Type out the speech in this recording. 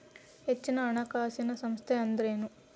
ಹೆಚ್ಚಿನ ಹಣಕಾಸಿನ ಸಂಸ್ಥಾ ಅಂದ್ರೇನು?